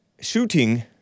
Shooting